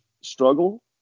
struggle